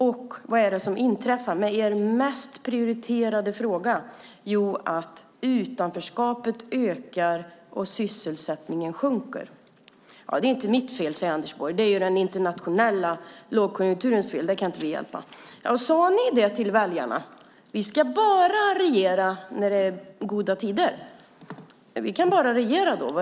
Men vad är det som inträffar med er mest prioriterade fråga? Jo, utanförskapet ökar och sysselsättningen sjunker. Det är inte mitt fel, säger Anders Borg, utan det är den internationella lågkonjunkturens fel. Det kan inte vi hjälpa. Sade ni det till väljarna? Sade ni att ni bara ska regera när det är goda tider? Sade ni att ni bara kan regera då?